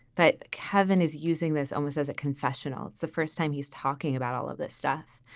that kevin is using this almost as a confessional. it's the first time he's talking about all of this stuff.